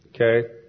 Okay